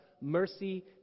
mercy